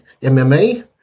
MMA